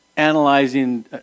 analyzing